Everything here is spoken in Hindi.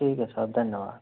ठीक है साहब धन्यवाद